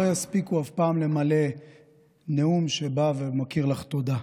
יספיקו אף פעם למלא נאום שמכיר לך תודה,